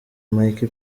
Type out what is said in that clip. mike